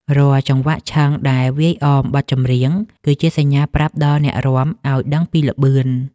រាល់ចង្វាក់ឈឹងដែលវាយអមបទចម្រៀង គឺជាសញ្ញាប្រាប់ដល់អ្នករាំឱ្យដឹងពីល្បឿន។